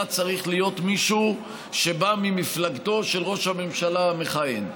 צריך להיות מישהו שבא ממפלגתו של ראש הממשלה המכהן.